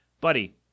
Buddy